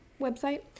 website